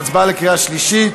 הצבעה בקריאה שלישית.